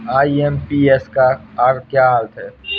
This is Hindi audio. आई.एम.पी.एस का क्या अर्थ है?